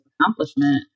accomplishment